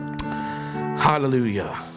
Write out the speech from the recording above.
Hallelujah